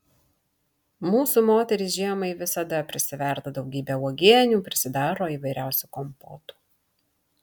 mūsų moterys žiemai visada prisiverda daugybę uogienių prisidaro įvairiausių kompotų